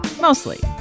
Mostly